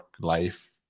life